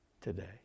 Today